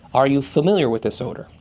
are you familiar with this odour?